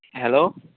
hello